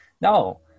No